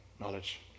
knowledge